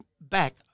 back